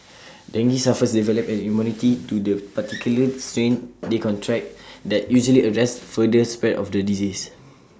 dengue sufferers develop an immunity to the particular strain they contract that usually arrests further spread of the disease